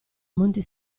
monti